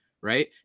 right